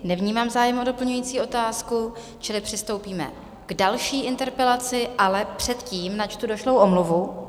Nevnímám zájem o doplňující otázku, čili přistoupíme k další interpelaci, ale předtím načtu došlou omluvu.